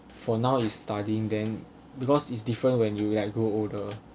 for now is studying then because it's different when you like grow older